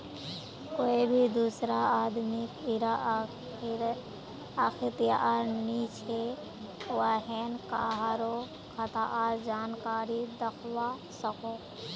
कोए भी दुसरा आदमीक इरा अख्तियार नी छे व्हेन कहारों खातार जानकारी दाखवा सकोह